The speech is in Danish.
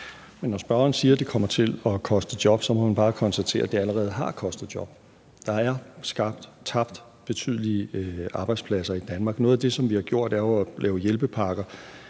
Når spørgeren siger, at det kommer til at koste job, må man bare konstatere, at det allerede har kostet job. Der er tabt betydeligt med arbejdspladser i Danmark. Noget af det, som vi har gjort, er jo at lave hjælpepakker